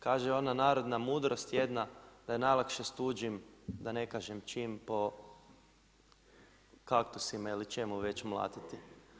Kaže ona narodna mudrost jedna da je najlakše s tuđim da ne kažem čim po kaktusima ili čemu već mlatiti.